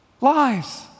lies